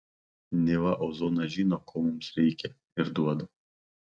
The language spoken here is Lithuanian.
neva ozonas žino ko mums reikia ir duoda